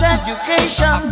education